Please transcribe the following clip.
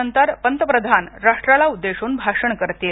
नंतर पंतप्रधान राष्ट्राला उद्देशून भाषण करतील